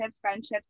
friendships